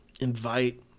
invite